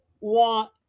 want